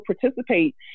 participate